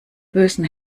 bösen